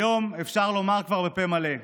היום אפשר לומר כבר בפה מלא: